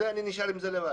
אני נשאר עם זה לבד.